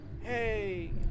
hey